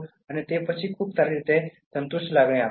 અને તે પછી તે ખૂબ જ સારી અને સંતુષ્ટ લાગણી આપે છે